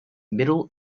middle